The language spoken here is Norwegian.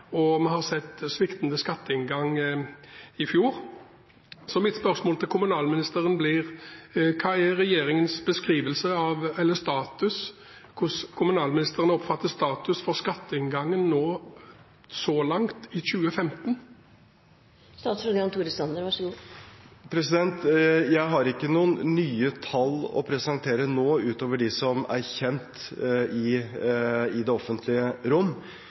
og vi har sett sviktende skatteinngang i fjor. Mitt spørsmål til kommunalministeren er: Hvordan oppfatter kommunalministeren status for skatteinngangen så langt i 2015? Jeg har ikke noen nye tall å presentere nå utover de som er kjent i det offentlige rom.